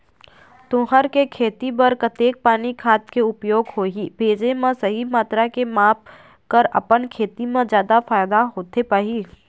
तुंहर के खेती बर कतेक पानी खाद के उपयोग होही भेजे मा सही मात्रा के माप कर अपन खेती मा जादा फायदा होथे पाही?